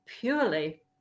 purely